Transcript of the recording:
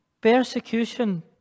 persecution